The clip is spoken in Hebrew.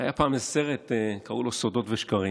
היה פעם סרט, קראו לו "סודות ושקרים".